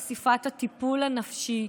חשיפת הטיפול הנפשי,